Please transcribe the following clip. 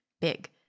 big